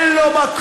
אין לו מקום,